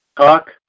Talk